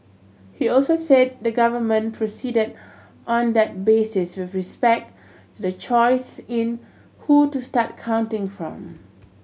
he also said the government proceeded on that basis with respect the choice in who to start counting from